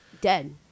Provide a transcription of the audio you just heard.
dead